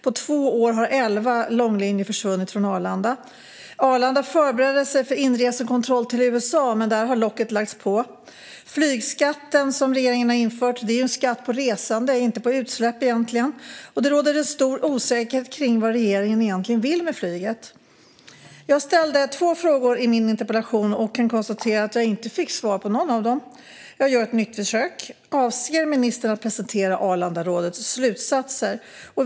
På två år har elva långlinjer försvunnit från Arlanda. Arlanda förberedde sig för inresekontroll till USA, men där har locket lagts på. Flygskatten som regeringen har infört är en skatt på resande och inte på utsläpp, egentligen. Det råder en stor osäkerhet kring vad regeringen egentligen vill med flyget. Jag ställde två frågor i min interpellation och kan konstatera att jag inte fick svar på någon av dem. Jag gör ett nytt försök: Avser ministern att presentera Arlandarådets slutsatser?